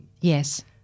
Yes